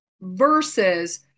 versus